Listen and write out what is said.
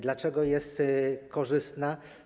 Dlaczego jest ona korzystna?